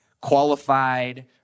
qualified